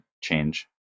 change